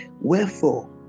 wherefore